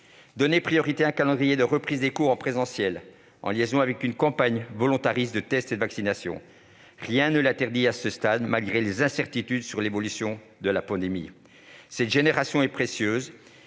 Donnez priorité à un calendrier de reprise des cours en présentiel, en liaison avec une campagne volontariste de tests et de vaccination. Rien ne l'interdit à ce stade, malgré les incertitudes sur l'évolution de la pandémie. Cette génération est précieuse.